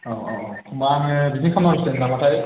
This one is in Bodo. अ अ अ होनबा आङो बिदिनो खालामनांसिगोन नामाथाय